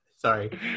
Sorry